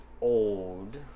old